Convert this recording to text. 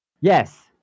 Yes